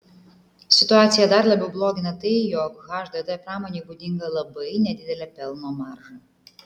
situaciją dar labiau blogina tai jog hdd pramonei būdinga labai nedidelė pelno marža